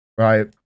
Right